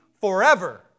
forever